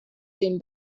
den